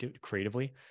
creatively